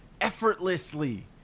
effortlessly